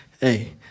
Hey